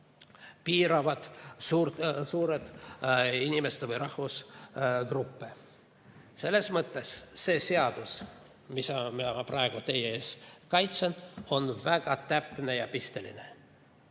piiravad suuri inimeste või rahvusgruppe. Selles mõttes see seadus, mida ma praegu teie ees kaitsen, on väga täpne ja pisteline.